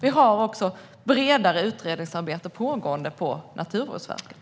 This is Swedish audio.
Det pågår också ett bredare utredningsarbete på Naturvårdsverket.